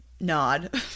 nod